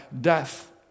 death